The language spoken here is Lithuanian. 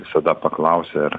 visada paklausia ir